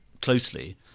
closely